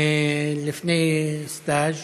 לפני סטאז',